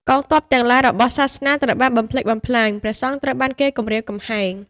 គម្ពីរទាំងឡាយបេស់សាសនាត្រូវបានបំផ្លិចបំផ្លាញ ព្រះសង្ឃត្រូវបានគេគំរាមកំហែង ។